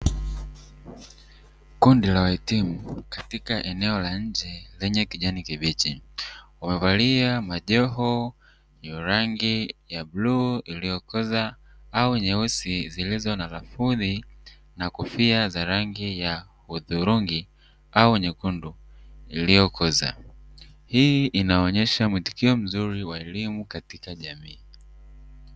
Kundi la wahitimu katika eneo la nje lenye kijani kibichi wamevalia majoho ya rangi ya bluu iliyokoza au nyeusi zilizo na rakudhi na kofia za rangi ya udhurungi au nyekundu iliyokoza, hii inaonyesha mwitikio mzuri wa elimu katika jamii.